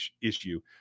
issue